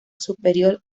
superior